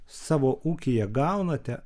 savo ūkyje gaunate